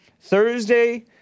Thursday